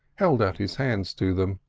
held out his hands to them.